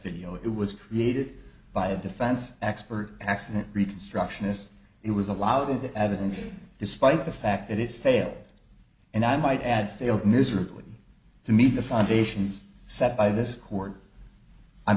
video it was created by a defense expert accident reconstructionist it was allowed into evidence despite the fact that it failed and i might add failed miserably to meet the foundations set by this court